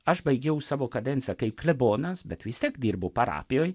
aš baigiau savo kadenciją kaip klebonas bet vis tiek dirbu parapijoj